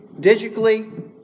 digitally